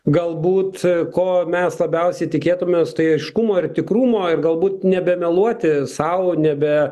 galbūt ko mes labiausiai tikėtumės tai aiškumo ir tikrumo ir galbūt nebemeluoti sau nebe